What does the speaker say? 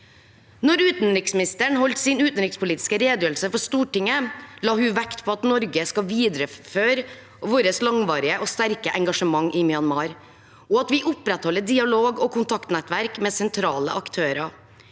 Da utenriksministeren holdt sin utenrikspolitiske redegjørelse for Stortinget, la hun vekt på at Norge skal videreføre vårt langvarige og sterke engasjement i Myanmar, og at vi opprettholder dialog og kontaktnettverk med sentrale aktører.